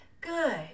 good